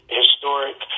historic